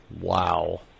Wow